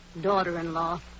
daughter-in-law